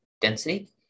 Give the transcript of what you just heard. density